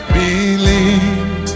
believe